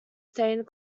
stained